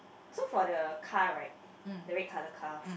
so for the car right the red colour car